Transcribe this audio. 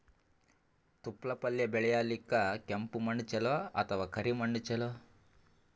ತೊಪ್ಲಪಲ್ಯ ಬೆಳೆಯಲಿಕ ಕೆಂಪು ಮಣ್ಣು ಚಲೋ ಅಥವ ಕರಿ ಮಣ್ಣು ಚಲೋ?